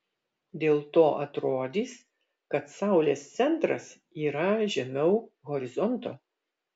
dėl to atrodys kad saulės centras yra žemiau horizonto